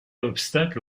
obstacle